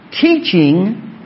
teaching